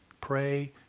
Pray